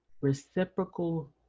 reciprocal